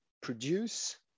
produce